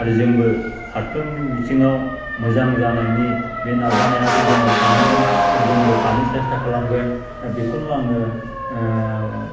आरो जोंबो फारफ्रोमनि बिथिंआव मोजां जानायनि बे नाजानायाबो जोंनाव थानांगोन आरो जोंबो थानो सेस्ता खालामगोन बेखौनो आङो